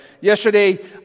yesterday